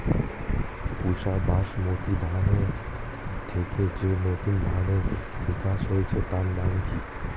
পুসা বাসমতি ধানের থেকে যে নতুন ধানের বিকাশ হয়েছে তার নাম কি?